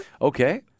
Okay